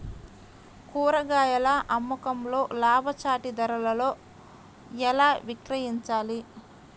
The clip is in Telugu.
కూరగాయాల అమ్మకంలో లాభసాటి ధరలలో ఎలా విక్రయించాలి?